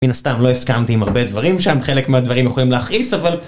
מן הסתם לא הסכמתי עם הרבה דברים שם, חלק מהדברים יכולים להכעיס, אבל...